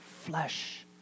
flesh